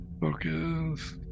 Focus